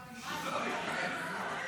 תאפס.